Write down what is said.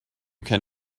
can